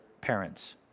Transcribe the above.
parents